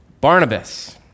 Barnabas